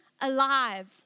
alive